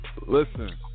Listen